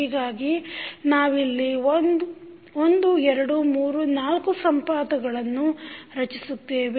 ಹೀಗಾಗಿ ನಾವಿಲ್ಲಿ 1 2 3 4 ಸಂಪಾತಗಳನ್ನು ರಚಿಸುತ್ತೇವೆ